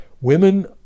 women